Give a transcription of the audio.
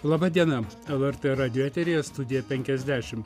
laba diena lrt radijo eteryje studija penkiasdešimt